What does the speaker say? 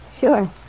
sure